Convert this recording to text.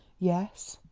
yes,